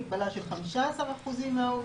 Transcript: מגבלה של 15% מהעובדים.